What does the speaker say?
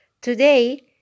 Today